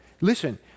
Listen